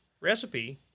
recipe